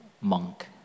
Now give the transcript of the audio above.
monk